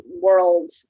world